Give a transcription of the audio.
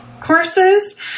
courses